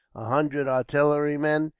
a hundred artillerymen,